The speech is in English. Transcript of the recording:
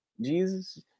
Jesus